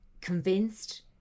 convinced